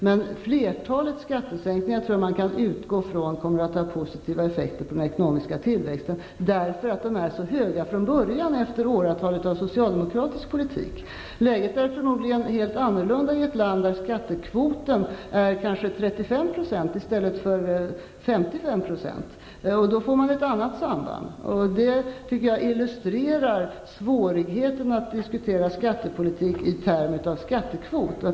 Men man kan utgå från att flertalet skattesänkningar kommer att ha positiva effekter på den ekonomiska tillväxten. Det beror på att det är så höga från början efter åratal av socialdemokratisk politik. Läget är förmodligen helt annorlunda i ett land där skattekvoten är kanske 35 % i stället 55 %. Då blir det ett annat samband. Det illustrerar svårigheten att diskutera skattepolitik i termer av skattekvot.